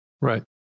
Right